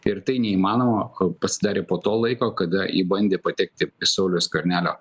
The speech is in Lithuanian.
ir tai neįmanoma pasidarė po to laiko kada ji bandė patekti į sauliaus skvernelio